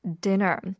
dinner